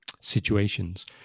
situations